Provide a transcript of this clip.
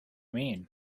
mean